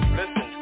listen